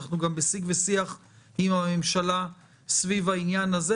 אנחנו גם בשיג ושיח עם הממשלה סביב העניין הזה.